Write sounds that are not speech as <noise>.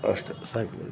ಅಷ್ಟೇ ಸಾಕು <unintelligible>